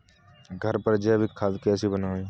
घर पर जैविक खाद कैसे बनाएँ?